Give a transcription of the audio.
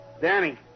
Danny